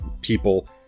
people